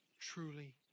truly